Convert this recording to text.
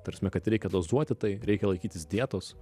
ta prasme kad reikia dozuoti tai reikia laikytis dietos